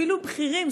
אפילו בכירים,